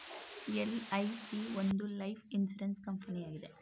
LIC ಒಂದು life insurance ಕಂಪನಿಯಾಗಿದೆ